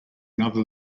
another